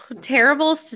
terrible